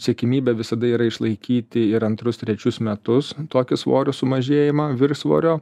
siekiamybė visada yra išlaikyti ir antrus trečius metus tokį svorio sumažėjimą viršsvorio